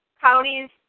counties